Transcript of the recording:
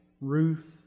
Ruth